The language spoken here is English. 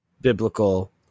biblical